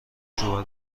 سشوار